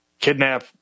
kidnap